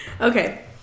Okay